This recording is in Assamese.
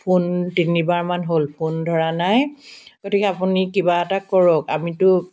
ফোন তিনিবাৰমান হ'ল ফোন ধৰা নাই গতিকে আপুনি কিবা এটা কৰক আমিতো